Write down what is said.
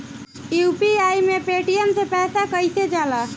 UPI से Paytm मे पैसा कइसे जाला?